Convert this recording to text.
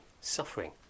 suffering